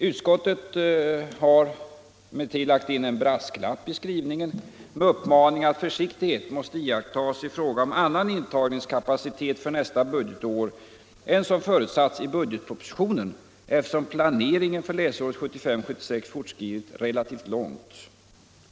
Utskottet har dock lagt in en brasklapp i skrivningen med uppmaningen att försiktighet måste iakttas i fråga om annan intagningskapacitet för nästa budgetår än som förutsatts i budgetpropositionen, eftersom planeringen för läsåret 1975/76 fortskridit relativt långt.